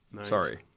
Sorry